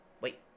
Wait